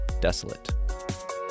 desolate